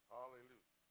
Hallelujah